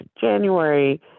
january